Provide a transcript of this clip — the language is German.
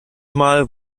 mal